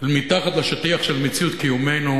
מתחת לשטיח של מציאות קיומנו,